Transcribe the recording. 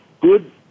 good